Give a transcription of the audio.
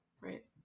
right